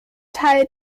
teil